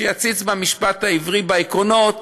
שיציץ במשפט העברי, בעקרונות.